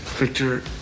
Victor